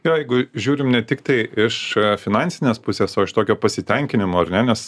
jo jeigu žiūrim ne tiktai iš finansinės pusės o iš tokio pasitenkinimo ar ne nes